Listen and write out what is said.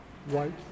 white